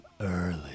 early